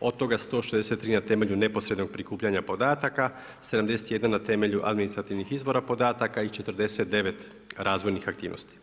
od toga 163 na temelju neposredno prikupljanja podataka, 71 na temelju administrativnih izvora podataka i 49 razvojnih aktivnosti.